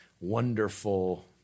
wonderful